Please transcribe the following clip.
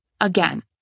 Again